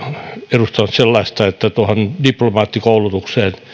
edustanut sellaista että diplomaattikoulutukseen